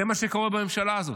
זה מה שקורה בממשלה הזאת.